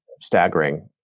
staggering